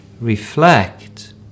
reflect